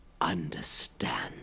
understand